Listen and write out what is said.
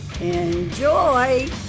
Enjoy